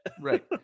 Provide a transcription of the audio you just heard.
Right